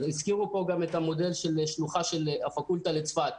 הזכירו פה את המודל של השלוחה של הפקולטה לצפת,